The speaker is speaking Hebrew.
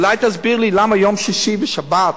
אולי תסביר לי למה יום שישי ושבת,